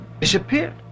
disappeared